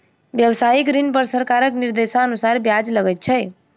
व्यवसायिक ऋण पर सरकारक निर्देशानुसार ब्याज लगैत छै